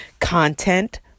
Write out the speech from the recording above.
content